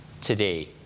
today